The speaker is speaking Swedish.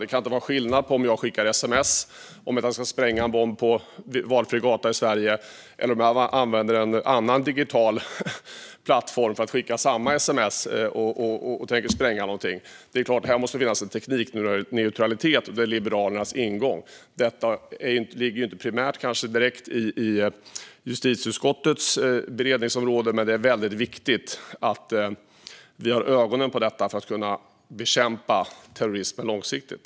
Det kan inte vara skillnad om jag skickar sms om att jag ska spränga en bomb på valfri gata i Sverige eller om jag använder en annan digital plattform för att skicka samma meddelande. Här måste det finnas en teknikneutralitet, och det är Liberalernas ingång. Detta ligger kanske inte primärt inom justitieutskottets beredningsområde, men det är väldigt viktigt att vi har ögonen på detta för att kunna bekämpa terrorismen långsiktigt.